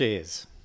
Cheers